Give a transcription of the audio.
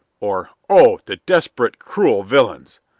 or, oh, the desperate, cruel villains!